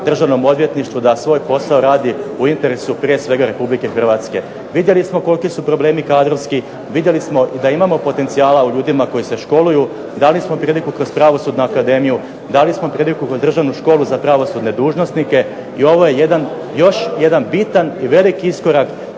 Državnom odvjetništvu da svoj posao radi u interesu prije svega RH. Vidjeli smo koliki su problemi kadrovski, vidjeli smo i da imamo potencijala u ljudima koji se školuju, dali smo priliku kroz Pravosudnu akademiju, dali smo priliku kroz Državnu školu za pravosudne dužnosnike i ovo je jedan još jedan bitan i veliki iskorak